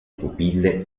pupille